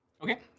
Okay